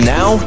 Now